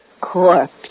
corpse